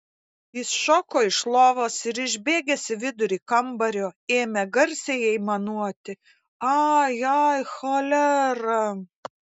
jis šoko iš lovos ir išbėgęs į vidurį kambario ėmė garsiai aimanuoti ai ai cholera